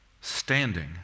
standing